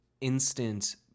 instant